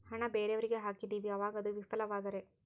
ಹಣ ಬೇರೆಯವರಿಗೆ ಹಾಕಿದಿವಿ ಅವಾಗ ಅದು ವಿಫಲವಾದರೆ?